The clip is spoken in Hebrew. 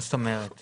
מה זאת אומרת?